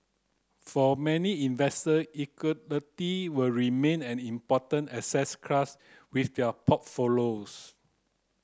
for many investor will remain an important asset class with their portfolios